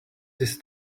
this